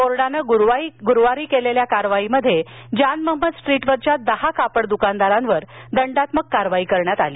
बोर्डाने ग्रूवारी केलेल्या कारवाईत जान महम्मद स्ट्रीटवरील दहा कापड दुकानदारांवर दंडात्मक कारवाई करण्यात आली